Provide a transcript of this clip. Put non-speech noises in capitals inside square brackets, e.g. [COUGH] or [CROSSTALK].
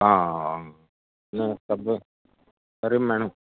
ആ [UNINTELLIGIBLE] കറിയും വേണം